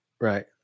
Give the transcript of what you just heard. Right